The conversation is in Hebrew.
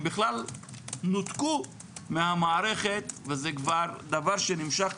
הם בכלל נותקו מהמערכת וזה כבר דבר שנמשך